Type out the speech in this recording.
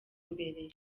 imbere